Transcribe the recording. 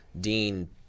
Dean